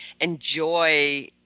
enjoy